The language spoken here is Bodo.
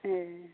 एह